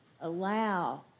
Allow